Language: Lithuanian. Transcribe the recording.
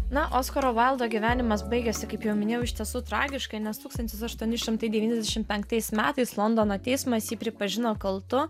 na oskaro vaildo gyvenimas baigėsi kaip jau minėjau iš tiesų tragiškai nes tūkstantis aštuoni šimtai devyniasdešim penktais metais londono teismas jį pripažino kaltu